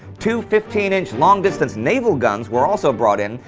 two fifteen inch long distance naval guns were also brought in,